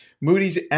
moody's